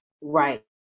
Right